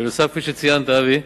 בנוסף, כפי שציינת, אבי,